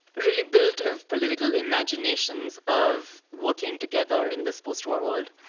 really built of political imaginations of working together in this post-war world.